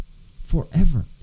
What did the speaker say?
forever